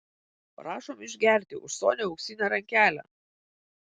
prašom išgerti už sonią auksinę rankelę